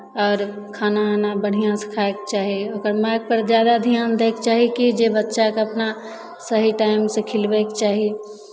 आओर खाना वाना बढ़िआँसे खायके चाही ओकर मायकेँ जादा धियान दैके चाही कि जे बच्चाकेँ अपना सही टाइमसँ खिलबैके चाही